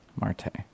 Marte